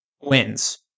wins